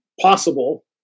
possible